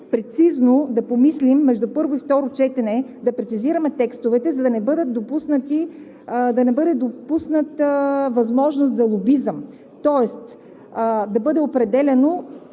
прецизно да помислим между първо и второ четене, да прецизираме текстовете, за да не бъде допусната възможност за лобизъм, тоест да бъде определяно